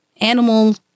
animal